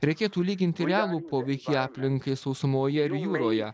reikėtų lyginti realų poveikį aplinkai sausumoje ir jūroje